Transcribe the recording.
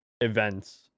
events